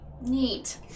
Neat